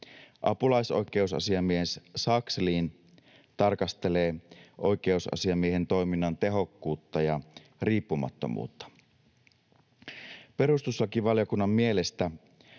Apulaisoikeusasiamies Sakslin tarkastelee oikeusasiamiehen toiminnan tehokkuutta ja riippumattomuutta. Perustuslakivaliokunnan mielestä